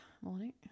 morning